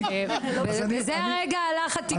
בזה הרגע הלך התקצוב.